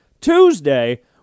Tuesday